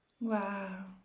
Wow